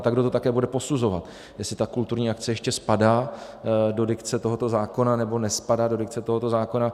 A kdo také bude posuzovat, jestli ta kulturní akce ještě spadá do dikce tohoto zákona, nebo nespadá do dikce tohoto zákona.